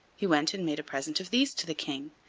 he went and made a present of these to the king,